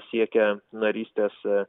siekia narystės